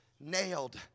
nailed